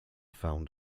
found